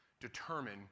determine